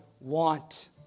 want